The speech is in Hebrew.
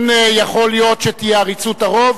לא יכול להיות שתהיה עריצות הרוב,